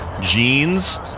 jeans